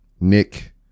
Nick